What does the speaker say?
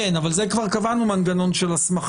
כן, אבל כבר קבענו מנגנון של הסמכה.